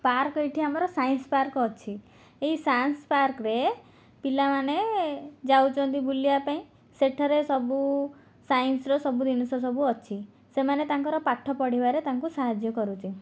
park ଏଠି ଆମର science park ଅଛି ଏହି ସାଇନ୍ସ ପାର୍କରେ ପିଲାମାନେ ଯାଉଛନ୍ତି ବୁଲିବା ପାଇଁ ସେଠାରେ ସବୁ ସାଇନ୍ସର ସବୁ ଜିନିଷ ସବୁ ଅଛି ସେମାନେ ତାଙ୍କର ପାଠ ପଢ଼ିବାରେ ତାଙ୍କୁ ସାହାଯ୍ୟ କରୁଛି